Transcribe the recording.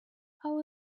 how